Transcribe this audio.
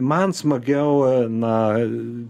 man smagiau na